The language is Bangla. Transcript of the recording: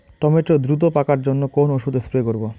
টমেটো দ্রুত পাকার জন্য কোন ওষুধ স্প্রে করব?